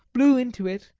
blew into it,